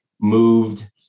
moved